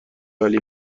عالی